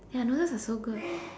ya noodles are so good